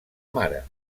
mare